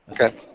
okay